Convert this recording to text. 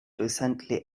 recently